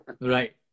right